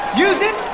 use it,